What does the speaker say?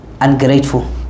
ungrateful